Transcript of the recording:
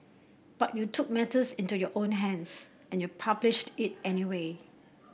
but you took matters into your own hands and you published it anyway